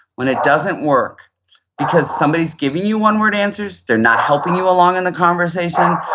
when it doesn't work because somebody's giving you one word answers, they're not helping you along in the conversation,